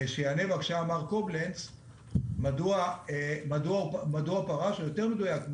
שיענה לנו עכשיו מר קובלנץ מדוע הוא פרש ויותר מדיוק,